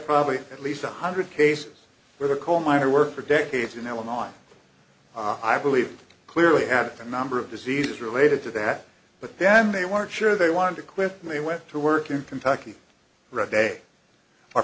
probably at least one hundred cases where the coal miner worked for decades and now i'm on i believe clearly have a number of diseases related to that but then they weren't sure they wanted to quit and they went to work in kentucky red day or